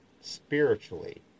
spiritually